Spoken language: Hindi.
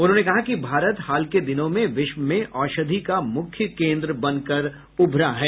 उन्होंने कहा कि भारत हाल के दिनों में विश्व में औषधि का मुख्य केन्द्र बनकर उभरा है